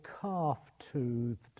calf-toothed